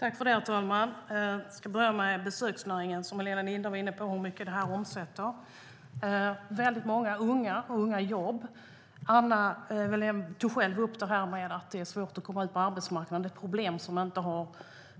Herr talman! Helena Lindahl var inne på hur mycket besöksnäringen omsätter. Många unga jobbar där. Anna Wallén tog själv upp att det är svårt att komma ut på arbetsmarknaden. Det problemet fanns långt